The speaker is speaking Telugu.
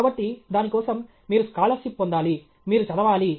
కాబట్టి దాని కోసం మీరు స్కాలర్షిప్ పొందాలి మీరు చదవాలి